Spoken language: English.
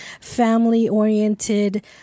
family-oriented